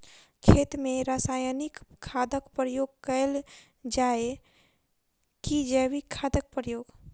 खेत मे रासायनिक खादक प्रयोग कैल जाय की जैविक खादक प्रयोग?